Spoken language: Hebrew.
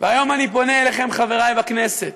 והיום אני פונה אליכם, חברי בכנסת,